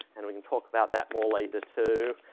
and we'll talk about that more later too.